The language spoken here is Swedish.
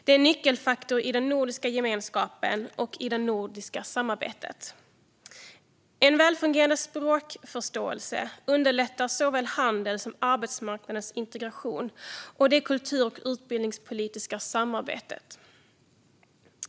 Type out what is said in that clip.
Den är en nyckelfaktor i den nordiska gemenskapen och det nordiska samarbetet. En välfungerande språkförståelse underlättar såväl handel som arbetsmarknadens integration och det kultur och utbildningspolitiska samarbetet.